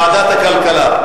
ועדת הכלכלה.